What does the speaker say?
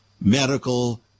medical